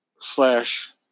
slash